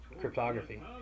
cryptography